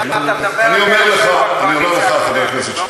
אני אומר לך, חבר הכנסת שטרן,